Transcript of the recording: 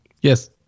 Yes